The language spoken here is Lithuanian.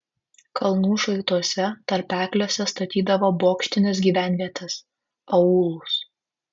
kalnų šlaituose tarpekliuose statydavo bokštines gyvenvietes aūlus